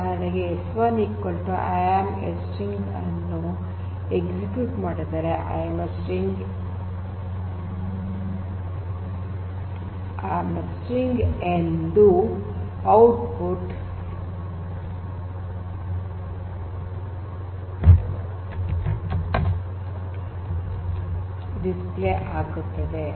ಉದಾಹರಣೆಗೆ s1 i am a string ಅನ್ನು execute ಮಾಡಿದರೆ i am a string ಎಂದು ಔಟ್ಪುಟ್ ಡಿಸ್ಪ್ಲೇ ಆಗುತ್ತದೆ